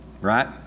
right